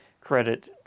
credit